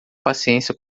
paciência